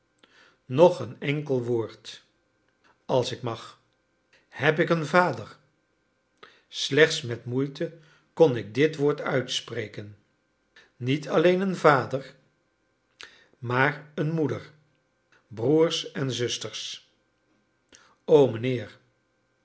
nog een enkel woord als ik mag heb ik een vader slechts met moeite kon ik dit woord uitspreken niet alleen een vader maar een moeder broers en zusters o mijnheer